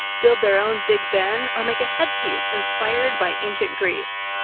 build their own big ben, or make a headpiece inspired by ancient greece.